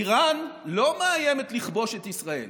איראן לא מאיימת לכבוש את ישראל,